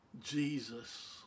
Jesus